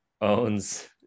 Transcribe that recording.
owns